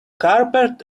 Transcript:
carpet